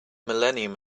millennium